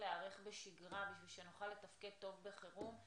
להיערך בשגרה בשביל שנוכל לתפקד טוב בחירום.